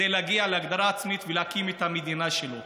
זה להגיע להגדרה עצמית ולהקים את המדינה שלו.